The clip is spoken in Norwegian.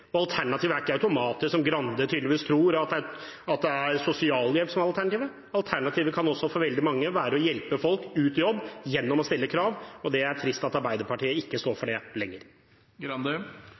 ytelser. Alternativet er ikke automatisk sosialhjelp, som representanten Grande tydeligvis tror. Alternativet kan for veldig mange være å hjelpe folk ut i jobb gjennom å stille krav. Det er trist at Arbeiderpartiet ikke står for det